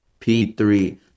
P3